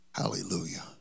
hallelujah